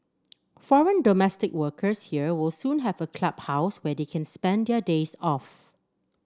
foreign domestic workers here will soon have a clubhouse where they can spend their days off